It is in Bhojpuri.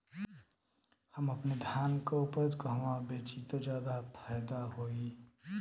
हम अपने धान के उपज कहवा बेंचि त ज्यादा फैदा होई?